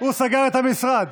הוא סגר את המשרד,